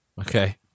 okay